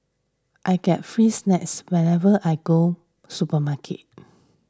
I get free snacks whenever I go supermarket